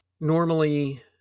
normally